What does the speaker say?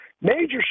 major